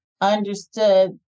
understood